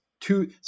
two